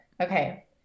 Okay